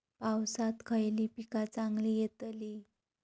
पावसात खयली पीका चांगली येतली?